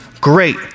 great